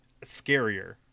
scarier